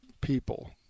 people